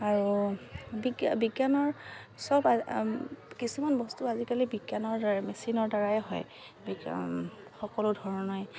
আৰু বিজ্ঞানৰ চব কিছুমান বস্তু আজিকালি বিজ্ঞানৰ দ্বাৰা মেচিনৰ দ্বাৰাই হয় সকলো ধৰণে